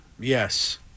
Yes